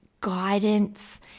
guidance